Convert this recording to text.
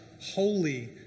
holy